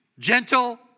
Gentle